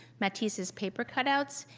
matisse's paper cutouts,